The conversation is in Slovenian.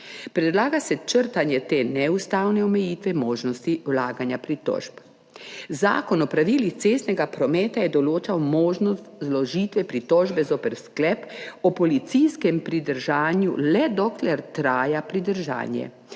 Predlaga se črtanje te neustavne omejitve možnosti vlaganja pritožb. Zakon o pravilih cestnega prometa je določal možnost vložitve pritožbe zoper sklep o policijskem pridržanju, le dokler traja pridržanje.